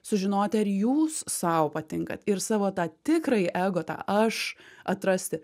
sužinoti ar jūs sau patinkat ir savo tą tikrąjį ego tą aš atrasti